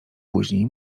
później